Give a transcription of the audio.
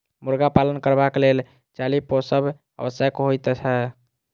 मुर्गा पालन करबाक लेल चाली पोसब आवश्यक होइत छै